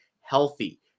healthy